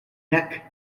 neck